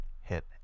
hit